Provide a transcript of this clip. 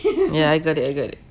ya I got it I got it